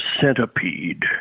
centipede